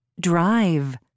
drive